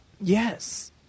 Yes